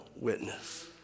witness